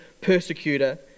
persecutor